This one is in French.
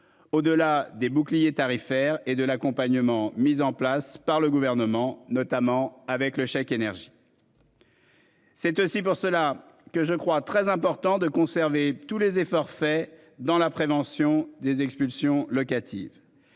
Au-delà des bouclier tarifaire et de l'accompagnement mises en place par le gouvernement, notamment avec le chèque énergie. C'est aussi pour cela que je crois très important de conserver tous les efforts faits dans la prévention des expulsions locatives.